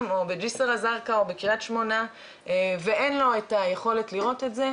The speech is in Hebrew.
ומי לוקח את האחריות על זה,